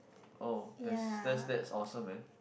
oh that's that's that's awesome man